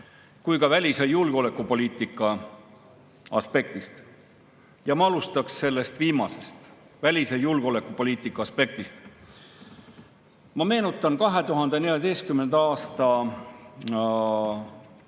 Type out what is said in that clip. kui ka välis- ja julgeolekupoliitika aspektist. Alustaksin sellest viimasest, välis- ja julgeolekupoliitika aspektist. Ma meenutan 2014. aasta Krimmi